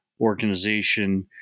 organization